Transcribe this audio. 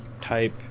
type